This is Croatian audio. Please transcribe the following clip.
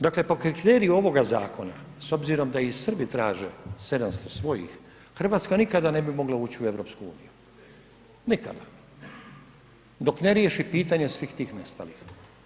Dakle, po kriteriju ovoga zakona s obzirom da i Srbi traže 700 svojih Hrvatska nikada ne bi mogla ući u Europsku uniju, nikada, dok ne riješi pitanje svih tih nestalih.